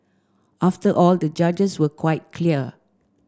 after all the judges were quite clear